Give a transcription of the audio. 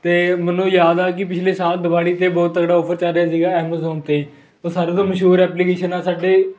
ਅਤੇ ਮੈਨੂੰ ਯਾਦ ਆ ਕਿ ਪਿਛਲੇ ਸਾਲ ਦਿਵਾਲੀ 'ਤੇ ਬਹੁਤ ਤਕੜਾ ਔਫਰ ਚੱਲ ਰਿਹਾ ਸੀਗਾ ਐਮਾਜ਼ੋਨ 'ਤੇ ਉਹ ਸਾਰਿਆਂ ਤੋਂ ਮਸ਼ਹੂਰ ਐਪਲੀਕੇਸ਼ਨ ਆ ਸਾਡੇ